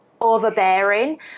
overbearing